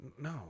No